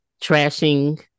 trashing